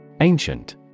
Ancient